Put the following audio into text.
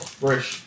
fresh